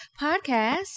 podcast